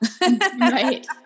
Right